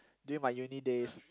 during my uni days